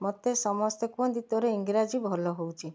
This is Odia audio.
ମୋତେ ସମସ୍ତେ କୁହନ୍ତି ତୋର ଇଂରାଜୀ ଭଲ ହେଉଛି